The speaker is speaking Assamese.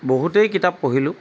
বহুতেই কিতাপ পঢ়িলোঁ